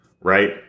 right